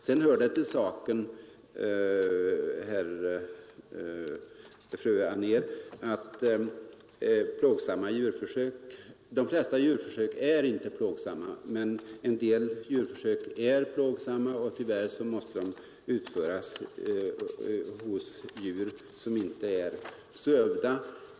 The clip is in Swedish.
Det hör sedan till saken, fru Anér, att de flesta djurfö plågsamma, men en del av dem är det och en liten del av dessa måste tyvärr utföras på djur som inte är sövda.